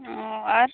ᱚᱻ ᱟᱨ